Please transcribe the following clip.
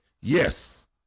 Yes